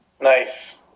Nice